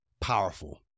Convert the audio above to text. powerful